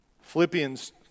Philippians